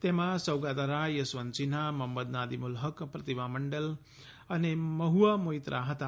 તેમાં સૌગાતા રોય યશવંત સિંહા મોહમ્મ્દ નાદિમુલ હક પ્રતિમા મંડલ અને મહ્આ મોઇત્રા હતા